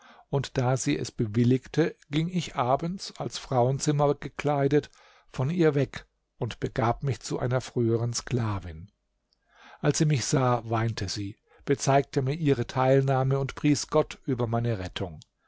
und da sie es bewilligte ging ich abends als frauenzimmer gekleidet von ihr weg und begab mich zu einer frühern sklavin als sie mich sah weinte sie bezeigte mir ihre teilnahme und pries gott über meine rettung